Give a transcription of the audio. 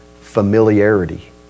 familiarity